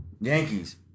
Yankees